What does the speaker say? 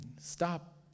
Stop